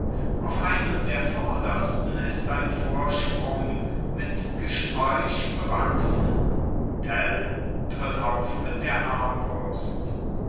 auf einem der vordersten ist ein vorsprung mit gesträuch bewachsen tell tritt auf mit der armbrust